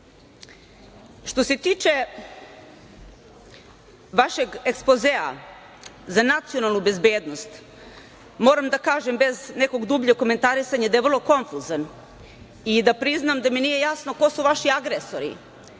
se tiče vašeg ekspozea za nacionalnu bezbednost moram da kažem bez nekog dubljeg komentarisanja da je vrlo konfuzan i da priznam da mi nije jasno koji su vaši agresori